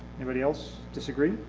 anybody else disagree?